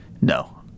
No